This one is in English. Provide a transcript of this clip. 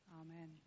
Amen